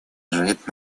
лежит